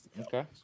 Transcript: okay